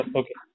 okay